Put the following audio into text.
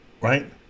Right